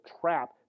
trap